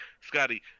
Scotty